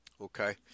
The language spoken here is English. Okay